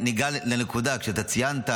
לנקודה שאתה ציינת,